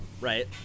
right